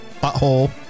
Butthole